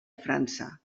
frança